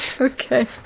okay